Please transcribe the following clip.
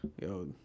yo